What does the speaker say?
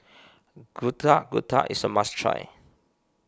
Getuk Getuk is a must try